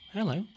Hello